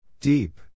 Deep